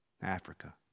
Africa